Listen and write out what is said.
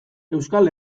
euskal